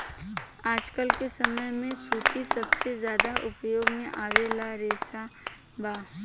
आजकल के समय में सूती सबसे ज्यादा उपयोग में आवे वाला रेशा बा